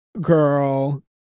Girl